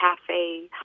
cafe